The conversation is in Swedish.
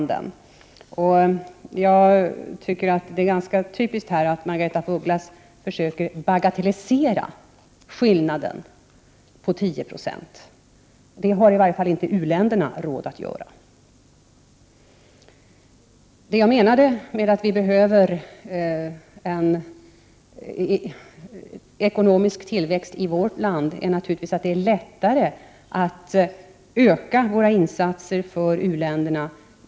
Det är ganska typiskt att Margaretha af Ugglas försöker bagatellisera skillnaden på 10 26. Det har i varje fall inte u-länderna råd att göra. När jag sade att vi behöver en ekonomisk tillväxt i vårt land, menade jag naturligtvis att det då är lättare att öka våra insatser för u-länderna.